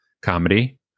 comedy